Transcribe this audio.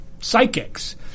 psychics